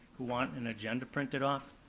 who want an agenda printed off.